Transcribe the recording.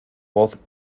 voz